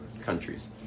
countries